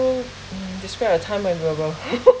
mm describe your time when